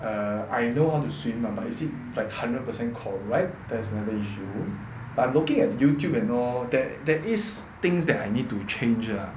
err I know how to swim ah but is it like hundred percent correct that is another issue but looking at Youtube you know ther~ there is things that I need to change ah